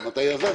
גם אתה יזמת.